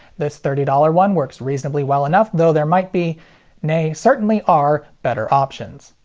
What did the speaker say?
this thirty dollars one works reasonably well enough, though there might be nay, certainly are better options.